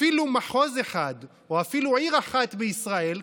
אפילו מחוז אחד או אפילו עיר אחת בישראל,